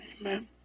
Amen